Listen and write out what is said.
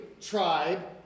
tribe